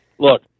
Look